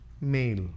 male